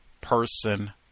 person